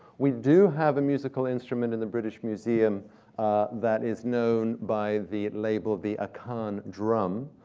we do have a musical instrument in the british museum that is known by the label of the akan drum.